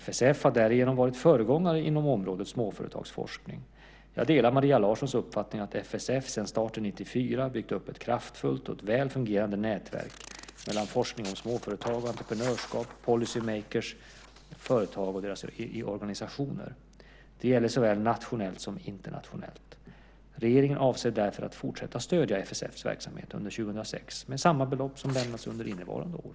FSF har därigenom varit föregångare inom området småföretagsforskning. Jag delar Maria Larssons uppfattning att FSF sedan starten 1994 byggt upp ett kraftfullt och väl fungerande nätverk mellan forskning om småföretag och entreprenörskap, policy-makers och företag och deras organisationer. Det gäller såväl nationellt som internationellt. Regeringen avser därför att fortsätta att stödja FSF:s verksamhet under 2006 med samma belopp som lämnats under innevarande år.